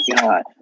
God